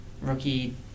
rookie